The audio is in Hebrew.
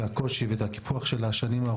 הקושי והקיפוח לאורך השנים.